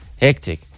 hectic